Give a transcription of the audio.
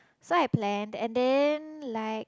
so I planned and then like